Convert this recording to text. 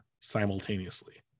simultaneously